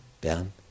Bern